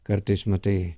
kartais matai